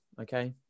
okay